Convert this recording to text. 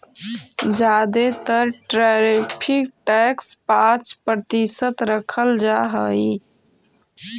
जादे तर tariff tax पाँच प्रतिशत रखल जा हई